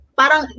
parang